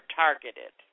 targeted